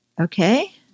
Okay